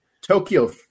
Tokyo